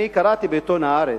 והאחרון, אני קראתי בעיתון "הארץ",